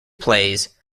plays